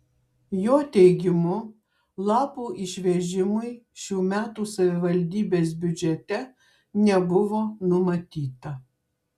jo teigimu lapų išvežimui šių metų savivaldybės biudžete nebuvo numatyta